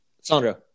Sandra